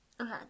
Okay